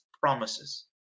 promises